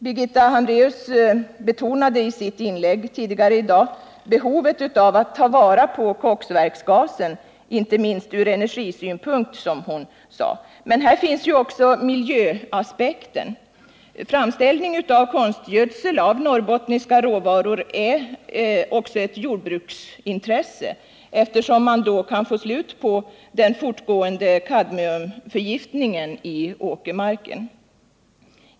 Birgitta Hambraeus betonade i sitt tidigare inlägg behovet av att ta vara på koksverksgasen — inte minst från energisynpunkt, som hon sade. Men här finns ju också miljöaspekten. Framställning av konstgödsel av norrbottniska råvaror är även ett jordbruksintresse, eftersom man då kan få slut på den fortgående kadmiumförgiftningen i åkermarken.